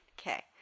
Okay